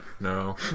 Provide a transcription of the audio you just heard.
No